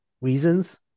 reasons